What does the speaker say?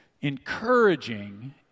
encouraging